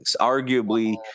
Arguably